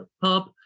pub